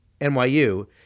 NYU